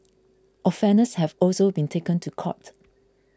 offenders have also been taken to court